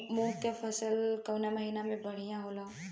मुँग के फसल कउना महिना में बढ़ियां होला?